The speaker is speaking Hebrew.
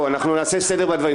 אנחנו נעשה סדר בדברים.